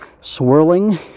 swirling